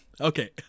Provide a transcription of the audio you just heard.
Okay